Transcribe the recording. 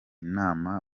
nama